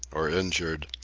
or injured,